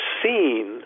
seen